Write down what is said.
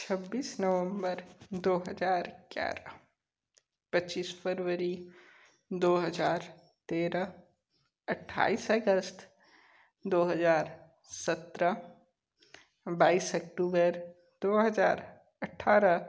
छब्बीस नवम्बर दो हजार ग्यारह पच्चीस फरवरी दो हजार तेरह अट्ठाइस अगस्त दो हजार सत्रह बाईस अक्टूबेर दो हजार अट्ठारह